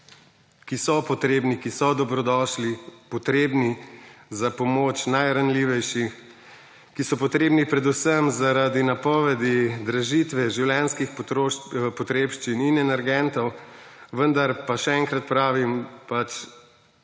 ki so potrebni, ki so dobrodošli, potrebni za pomoč najranljivejših, ki so potrebni predvsem zaradi napovedi dražitve življenjskih potrebščin in energentov, vendar, pa še enkrat pravim, pač